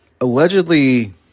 allegedly